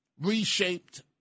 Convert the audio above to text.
reshaped